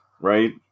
right